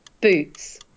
Boots